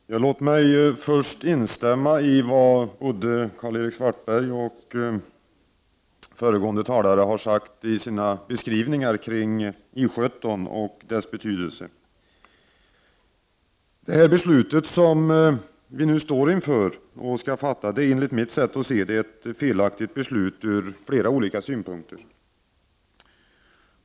Herr talman! Låt mig först instämma i vad både Karl-Erik Svartberg och den föregående talaren har sagt i sina beskrivningar av I 17 och dess betydelse. Det beslut som riksdagen nu skall till att fatta är enligt mitt sätt att se det ett felaktigt beslut, ur flera synpunkter.